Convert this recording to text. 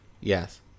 Yes